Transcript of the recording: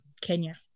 Kenya